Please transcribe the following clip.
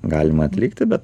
galima atlikti bet